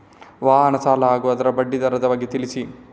ವಾಹನ ಸಾಲ ಹಾಗೂ ಅದರ ಬಡ್ಡಿ ದರದ ಬಗ್ಗೆ ತಿಳಿಸಿ?